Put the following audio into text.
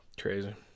Crazy